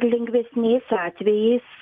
na ir lengvesniais atvejais